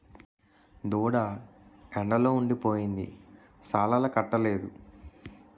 దూడ ఎండలుండి పోయింది సాలాలకట్టలేదు